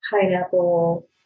pineapple